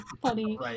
funny